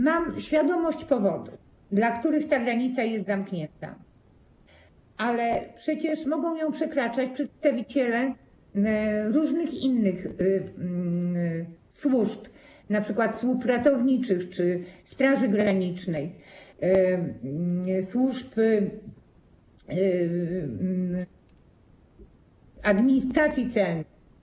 Mam świadomość powodów, dla których ta granica jest zamknięta, ale przecież mogą ją przekraczać przedstawiciele rożnych służb, np. służb ratowniczych czy Straży Granicznej, służb administracji celnej.